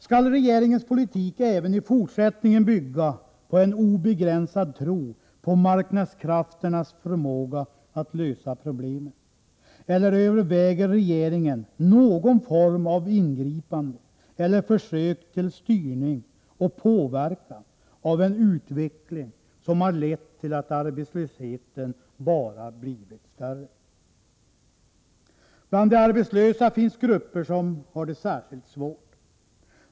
Skall regeringens politik även i fortsättningen bygga på en obegränsad tro på marknadskrafternas förmåga att lösa problemen, eller överväger regeringen någon form av ingripande eller försök till styrning och påverkan av en utveckling som har lett till att arbetslösheten bara blivit större? Bland de arbetslösa finns grupper som har det särskilt svårt.